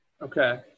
Okay